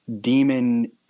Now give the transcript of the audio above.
demon